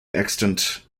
extant